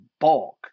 bulk